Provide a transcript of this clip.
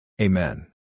Amen